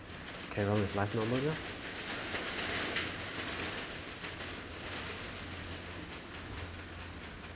carry on with life normally lor